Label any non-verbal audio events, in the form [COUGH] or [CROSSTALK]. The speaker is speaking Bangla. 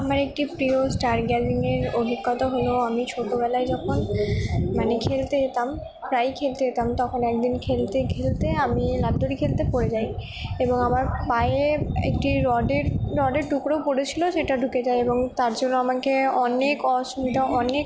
আমার একটি প্রিয় [UNINTELLIGIBLE] অভিজ্ঞতা হলো আমি ছোটোবেলায় যখন মানে খেলতে যেতাম প্রায়ই খেলতে যেতাম তখন এক দিন খেলতে খেলতে আমি লাফ দড়ি খেলতে পড়ে যাই এবং আমার পায়ে একটি রডের রডের টুকরো পড়েছিলো সেটা ঢুকে যায় এবং তার জন্য আমাকে অনেক অসুবিধা অনেক